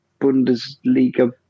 Bundesliga